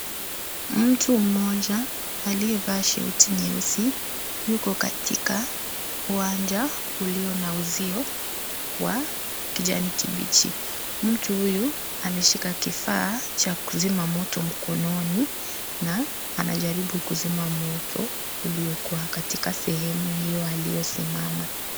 Mtu mmoja aliye vaa shati nyeusi yuko katika uwanja ulio na uzio wa Kijani kibichi. Mtu huyu ameshika kifaa Cha kuzima moto mkononi na anajaribu kuzima moto uliokuwa katika sehemu hiyo aliyo simama.